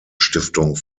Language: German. stiftung